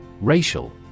racial